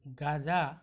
গাজা